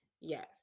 Yes